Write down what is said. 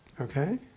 Okay